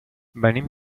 venim